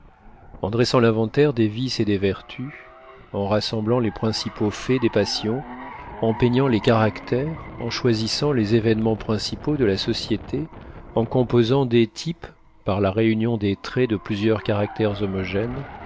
en dressant l'inventaire des vices et des vertus en rassemblant les principaux faits des passions en peignant les caractères en choisissant les événements principaux de la société en composant des types par la réunion des traits de plusieurs caractères homogènes